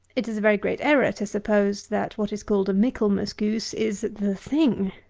it is a very great error to suppose that what is called a michaelmas goose is the thing.